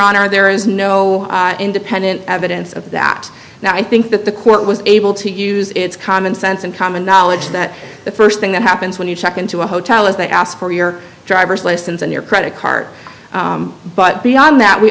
honor there is no independent evidence of that now i think that the court was able to use its common sense and common knowledge that the st thing that happens when you check into a hotel is they ask for your driver's license and your credit card but beyond that we